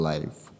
Life